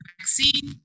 vaccine